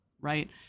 right